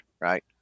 right